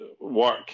Work